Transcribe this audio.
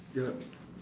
yup